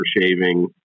shaving